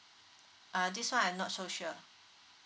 uh this [one] I'm not so sure